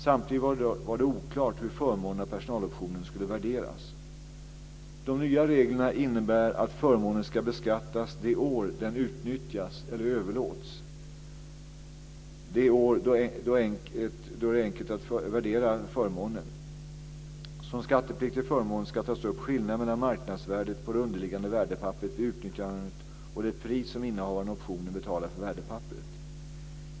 Samtidigt var det oklart hur förmånen av personaloptionen skulle värderas. De nya reglerna innebär att förmånen ska beskattas det år den utnyttjas eller överlåts. Det är då enkelt att värdera förmånen. Som skattepliktig förmån ska tas upp skillnaden mellan marknadsvärdet på det underliggande värdepapperet vid utnyttjandet och det pris som innehavaren av optionen betalar för värdepapperet.